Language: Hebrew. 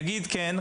יגיד כן,